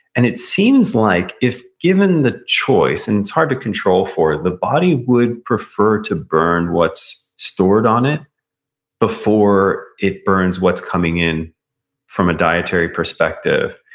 and it seems like, if given the choice, and it's hard to control for, the body would prefer to burn what's stored on it before it burns what's coming in from a dietary perspective.